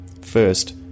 First